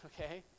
Okay